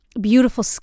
beautiful